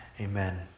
Amen